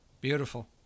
Beautiful